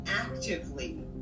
actively